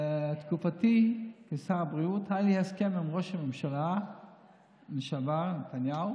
בתקופתי כשר הבריאות היה לי הסכם עם ראש הממשלה לשעבר נתניהו